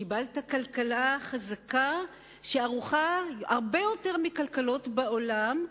קיבלת כלכלה חזקה שערוכה הרבה יותר מכלכלות בעולם,